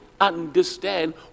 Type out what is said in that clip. understand